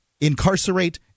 incarcerate